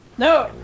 No